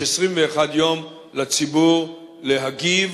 יש 21 יום לציבור להגיב,